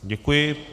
Děkuji.